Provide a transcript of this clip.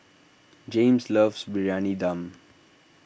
Jaymes loves Briyani Dum